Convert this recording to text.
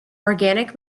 organic